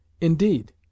Indeed